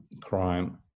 crime